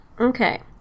Okay